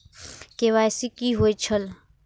KYC कि होई छल?